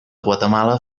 guatemala